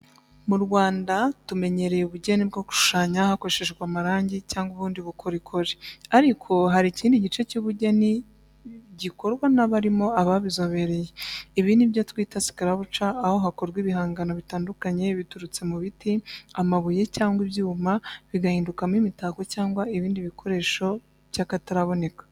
Mu Rwanda tumenyereye ubugeni bwo gushushanya hakoreshejwe amarangi cyangwa ubundi bukorikori ariko hari ikindi gice cy’ubugeni gikorwa n’abarimo ababizobereye. Ibi ni ibyitwa ‘sculpture’ aho hakorwa ibihangano bitandukanye biturutse mu biti, amabuye cyangwa ibyuma bigahindukamo imitako cyangwa ibindi bikoresho by’akataraboneka.